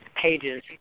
Pages